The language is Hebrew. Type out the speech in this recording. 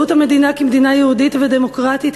זהות המדינה כמדינה יהודית ודמוקרטית